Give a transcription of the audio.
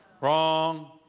Wrong